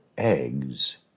eggs